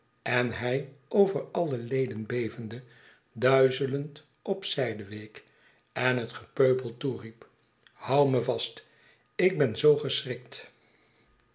en hij over alle leden bevende duizelend op zijde week en het gepeupel toeriep hou me vast ik ben zoo geschrikt